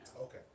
Okay